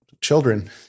children